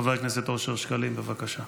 חבר הכנסת אושר שקלים, בבקשה.